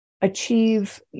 achieve